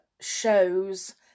shows